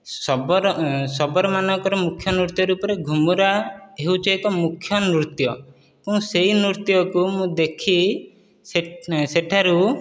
ଶବର ଶବରମାନଙ୍କର ମୁଖ୍ୟ ନୃତ୍ୟ ରୂପରେ ଘୁମୁରା ହେଉଛି ଏକ ମୁଖ୍ୟ ନୃତ୍ୟ ଏବଂ ସେହି ନୃତ୍ୟକୁ ମୁଁ ଦେଖି ସେଠାରୁ